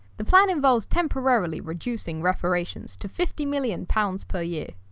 the plan involves temporarily reducing reparations to fifty million pounds per year.